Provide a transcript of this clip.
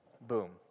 boom